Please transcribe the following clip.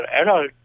adult